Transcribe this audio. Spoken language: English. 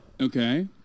Okay